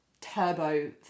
turbo